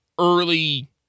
early